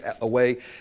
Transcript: away